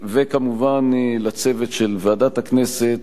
וכמובן לצוות של ועדת הכנסת,